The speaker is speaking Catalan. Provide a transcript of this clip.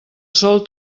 sol